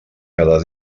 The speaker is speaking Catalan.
cada